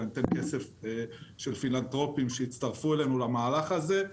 אלא ניתן כסף של פילנטרופים שיצטרפו אלינו למהלך הזה.